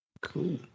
Cool